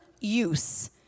use